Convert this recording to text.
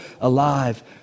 alive